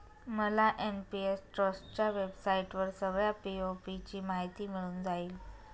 मला एन.पी.एस ट्रस्टच्या वेबसाईटवर सगळ्या पी.ओ.पी ची माहिती मिळून जाईल